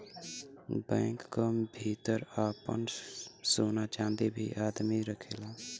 bank क भितर आपन सोना चांदी भी आदमी रखेला